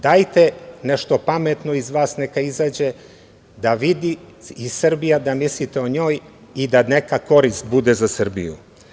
Dajte nešto pametno iz vas neka izađe, da vidi i Srbija da mislite o njoj i da neka korist bude za Srbiju.